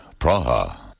Praha